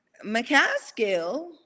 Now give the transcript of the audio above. McCaskill